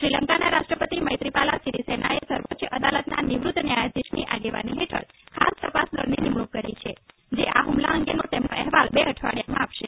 શ્રીલંકાના રાષ્ટ્રપતિ મૈત્રીપાલા સીરીસેનાએ સર્વોચ્ચ અદાલતનાં નિવ્ત્ત ન્યાયાધીશની આગેવાની હેઠળ ખાસ તપાસ દળની નિમણૂક કરી છે જે આ હૂમલા અંગેનો તમનો અહેવાલ બે અઠવાડિયામાં આપશે